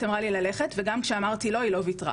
אמרה לי ללכת וגם כשאמרתי לא היא לא וויתרה.